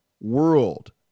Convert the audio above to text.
world